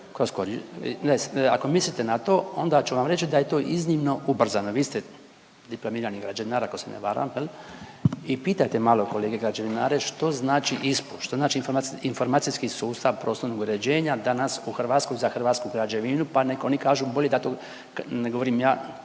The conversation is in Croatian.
ako mislite na to onda ću vam reći da je to iznimno ubrzano. Vi ste diplomirani građevinar ako se ne varam jel i pitajte malo kolege građevinare što znači ISPU što znači informacijski sustav prostornog uređenja danas u Hrvatskoj za hrvatsku građevinu pa nek oni kažu bolje da to ne govorim ja